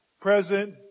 present